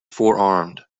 forearmed